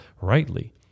rightly